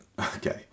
Okay